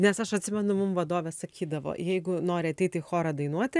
nes aš atsimenu mum vadovė sakydavo jeigu nori ateiti į chorą dainuoti